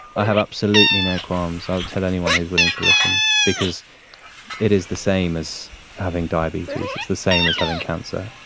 have absolutely no qualms, i'll tell anyone who is willing to listen because it is the same as having diabetes, it's the same as having cancer.